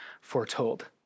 foretold